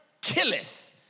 killeth